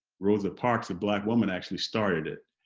rosa parks a black woman actually started it,